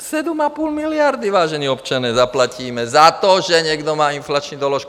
7,5 miliardy, vážení občané, zaplatíme za to, že někdo má inflační doložku.